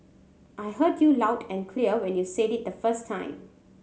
I heard you loud and clear when you said it the first time